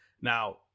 Now